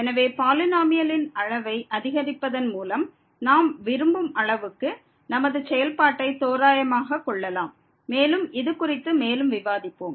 எனவே பாலினோமியலின் அளவை அதிகரிப்பதன் மூலம் நாம் விரும்பும் அளவுக்கு நமது செயல்பாட்டை தோராயமாகக் கொள்ளலாம் மேலும் இது குறித்து மேலும் விவாதிப்போம்